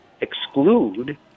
exclude